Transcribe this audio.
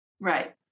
Right